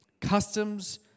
Customs